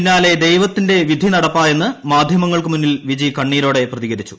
പിന്നാലെ ദൈവത്തിന്റെ വിധി നടപ്പായെന്ന് മാധ്യമങ്ങൾക്കു മുന്നിൽ വിജി കണ്ണീരോടെ പ്രതികരിച്ചു